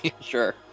Sure